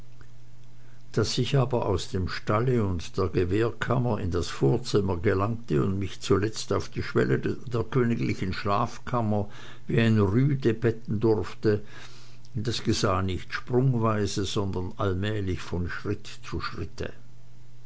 daß ich aber aus dem stalle und der gewehrkammer in das vorzimmer gelangte und mich zuletzt auf die schwelle der königlichen schlafkammer wie ein rüde betten durfte das geschah nicht sprungweise sondern allmählich von schritt zu schritte